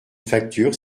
facture